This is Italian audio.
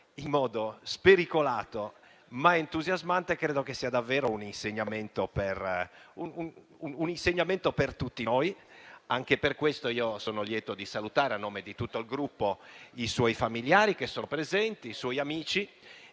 in modo spericolato, ma entusiasmante, credo sia davvero un insegnamento per tutti noi. Anche per questo io sono lieto di salutare, a nome di tutto il mio Gruppo, i suoi familiari presenti e i suoi amici,